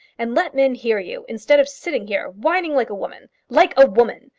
and let men hear you, instead of sitting here whining like a woman. like a woman!